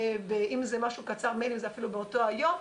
אם זה משהו קצר במייל אז זה אפילו באותו יום.